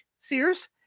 Sears